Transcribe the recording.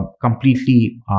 completely